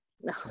No